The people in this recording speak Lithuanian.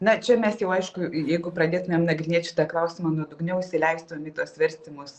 na čia mes jau aišku jeigu pradėtumėm nagrinėt šitą klausimą nuodugniau įsileistum į tuos svarstymus